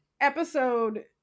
episode